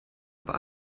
aber